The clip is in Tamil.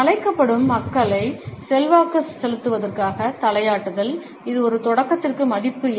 அழைக்கப்படும் மக்களை செல்வாக்கு செலுத்துவதற்காக தலையாட்டுதல் இது ஒரு தொடக்கத்திற்கு மதிப்பு இல்லை